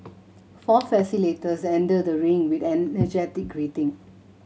four facilitators enter the ring with an energetic greeting